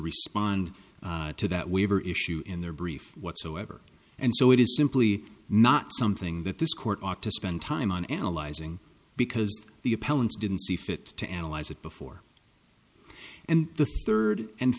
respond to that waiver issue in their brief whatsoever and so it is simply not something that this court ought to spend time on analyzing because the appellant's didn't see fit to analyze it before and the third and